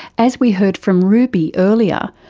as we heard from ruby earlier,